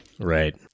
Right